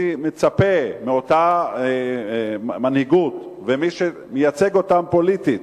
אני מצפה מאותה מנהיגות וממי שמייצג אותם פוליטית,